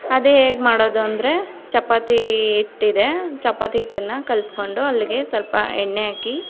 ಅದೇ ಹೇಗೆ ಮಾಡೋದು ಅಂದರೆ ಚಪಾತಿ ಹಿಟ್ಟಿದೆ ಚಪಾತಿ ಹಿಟ್ಟನ್ನು ಕಲಸ್ಕೊಂಡು ಅಲ್ಲಿಗೆ ಸ್ವಲ್ಪ ಎಣ್ಣೆ ಹಾಕಿ